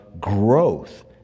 growth